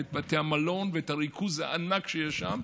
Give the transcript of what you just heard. את בתי המלון ואת הריכוז הענק שיש שם,